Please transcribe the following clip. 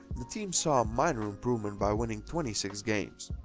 the team saw a minor improvement by winning twenty six games,